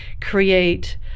create